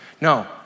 no